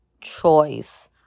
choice